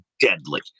deadly